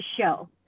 show